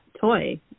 toy